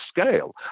scale